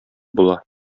була